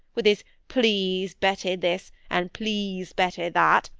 with his please betty this, and please betty that,